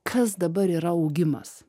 kas dabar yra augimas